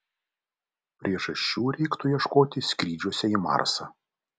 priežasčių reiktų ieškoti skrydžiuose į marsą